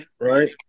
Right